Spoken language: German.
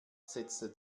setzte